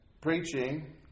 preaching